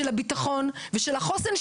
של הביטחון ושל החוסן,